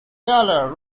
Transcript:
colour